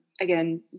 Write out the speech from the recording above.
Again